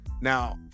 Now